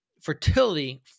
fertility